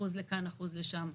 אחוז לכאן ואחוז לשם.